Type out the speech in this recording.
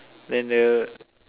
then the